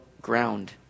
ground